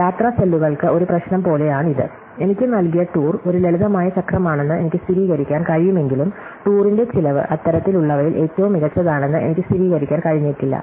യാത്രാ സെല്ലുകൾക്ക് ഒരു പ്രശ്നം പോലെയാണ് ഇത് എനിക്ക് നൽകിയ ടൂർ ഒരു ലളിതമായ ചക്രമാണെന്ന് എനിക്ക് സ്ഥിരീകരിക്കാൻ കഴിയുമെങ്കിലും ടൂറിന്റെ ചിലവ് അത്തരത്തിലുള്ളവയിൽ ഏറ്റവും മികച്ചതാണെന്ന് എനിക്ക് സ്ഥിരീകരിക്കാൻ കഴിഞ്ഞേക്കില്ല